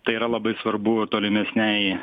tai yra labai svarbu tolimesnei